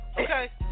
Okay